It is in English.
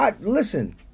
Listen